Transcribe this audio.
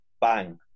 bang